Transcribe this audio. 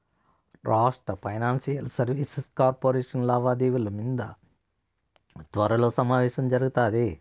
రాష్ట్ర financial services corporation లావాదేవిల మింద త్వరలో సమావేశం జరగతాది